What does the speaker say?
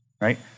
Right